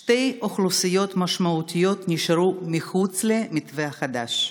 שתי אוכלוסיות משמעותיות נשארו מחוץ למתווה החדש: